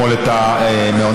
תומא